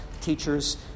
teachers